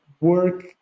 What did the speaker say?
work